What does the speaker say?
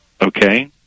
Okay